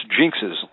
jinxes